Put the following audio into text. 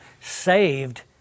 saved